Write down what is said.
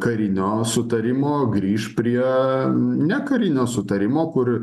karinio sutarimo grįš prie nekarinio sutarimo kur